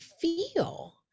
feel